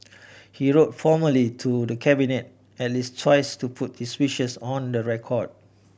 he wrote formally to the Cabinet at least twice to put his wishes on the record